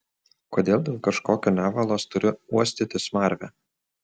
kodėl dėl kažkokio nevalos turiu uostyti smarvę